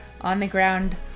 on-the-ground